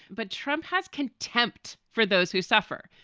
but trump has contempt for those who suffer.